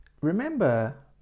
remember